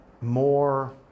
more